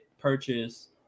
purchase